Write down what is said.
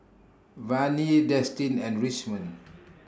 Vannie Destin and Richmond